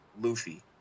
Luffy